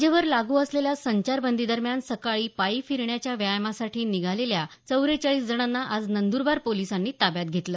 राज्यभर लागू असलेल्या संचारबंदी दरम्यान सकाळी पायी फिरण्याच्या व्यायामासाठी निघालेल्या चौरेचाळीस जणांना आज नंद्रबार पोलीसांनी ताब्यात घेतलं